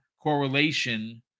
correlation